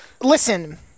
Listen